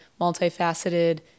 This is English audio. multifaceted